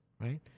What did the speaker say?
right